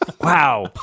Wow